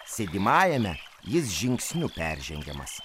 sėdimajame jis žingsniu peržengiamas